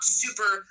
super